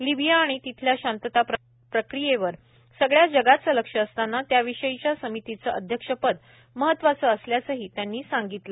Libya आणि तिथल्या शांतता प्रक्रियेवर सगळ्या जगाचं लक्ष असताना त्याविषयीच्या समितीचं अध्यक्षपद महत्त्वाचं असल्याचंही त्यांनी नमूद केलं